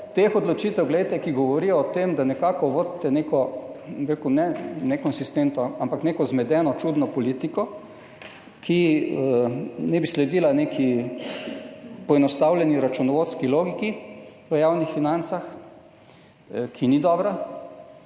teh odločitev, ki govorijo o tem, da nekako vodite neko nekonsistentno, zmedeno, čudno politiko, ki naj bi sledila neki poenostavljeni računovodski logiki v javnih financah, ki ni dobra,